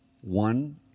One